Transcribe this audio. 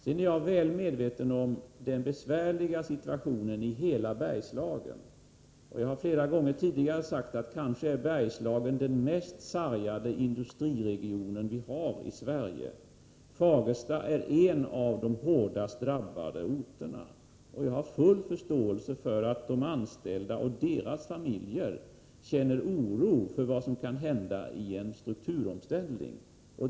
Sedan är jag väl medveten om den besvärliga situationen i hela Bergslagen. Jag har flera gånger tidigare sagt att Bergslagen kanske är den mest sargade industriregion som vi har i Sverige. Fagersta är en av de hårdast drabbade orterna, och jag har full förståelse för att de anställda och deras familjer känner oro inför vad som kan hända i en strukturomställning.